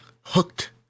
hooked